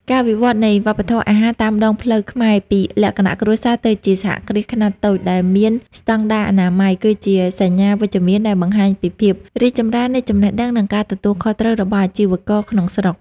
ការវិវត្តនៃវប្បធម៌អាហារតាមដងផ្លូវខ្មែរពីលក្ខណៈគ្រួសារទៅជាសហគ្រាសខ្នាតតូចដែលមានស្ដង់ដារអនាម័យ គឺជាសញ្ញាវិជ្ជមានដែលបង្ហាញពីភាពរីកចម្រើននៃចំណេះដឹង និងការទទួលខុសត្រូវរបស់អាជីវករក្នុងស្រុក។